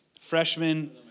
Freshman